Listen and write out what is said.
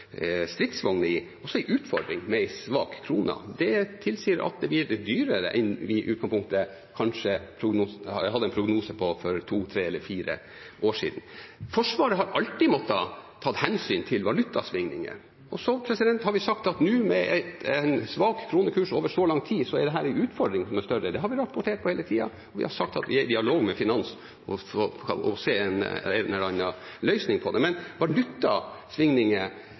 i. Det tilsier at det blir dyrere enn vi i utgangspunktet hadde en prognose på for to, tre eller fire år siden. Forsvaret har alltid måttet ta hensyn til valutasvingninger, og så har vi sagt at nå, med en svak kronekurs over så lang tid, er dette en utfordring som er større. Det har vi rapportert på hele tida, og vi har sagt at vi er i dialog med finans for en eller annen løsning på det. Men valutasvingninger